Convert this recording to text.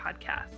podcast